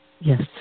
Yes